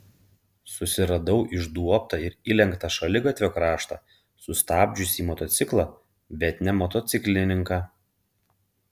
susiradau išduobtą ir įlenktą šaligatvio kraštą sustabdžiusį motociklą bet ne motociklininką